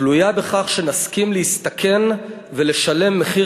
תלויה בכך שנסכים להסתכן ולשלם מחיר